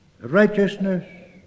righteousness